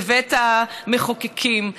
לבית המחוקקים.